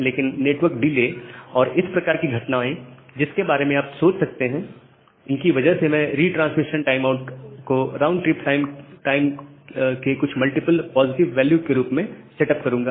लेकिन network delay और इस तरह की घटनाओं जिसके बारे में आप सोच सकते हैं की वजह से मैं रिट्रांसमिशन टाइमआउट को राउंड ट्रिप टाइम के कुछ मल्टीपल पॉजिटिव वैल्यू के रूप में सेट अप करूंगा